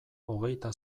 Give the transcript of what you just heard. hogeita